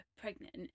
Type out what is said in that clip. pregnant